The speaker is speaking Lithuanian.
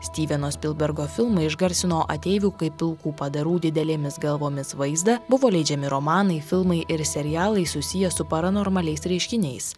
stiveno spilbergo filmai išgarsino ateivių kaip pilkų padarų didelėmis galvomis vaizdą buvo leidžiami romanai filmai ir serialai susiję su paranormaliais reiškiniais